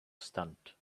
stunt